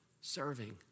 serving